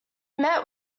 met